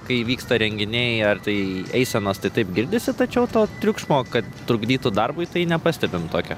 kai vyksta renginiai ar tai eisenos tai taip girdisi tačiau o triukšmo kad trukdytų darbui tai nepastebim tokio